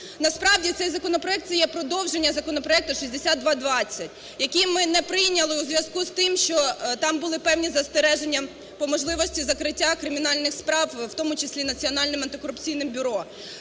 Насправді, цей законопроект це є продовження законопроекту 6220, який ми не прийняли у зв'язку з тим, що там були певні застереження по можливості закриття кримінальних справ, в тому числі Національним антикорупційним бюро.